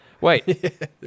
Wait